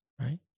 right